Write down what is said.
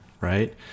right